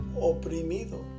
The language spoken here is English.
oprimido